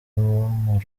impumuro